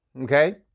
Okay